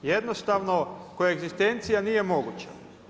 Jednostavno koegzistencija nije moguća.